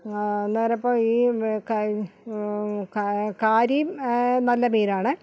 അന്നേരം അപ്പം ഈ കാരിയും നല്ല മീനാണ്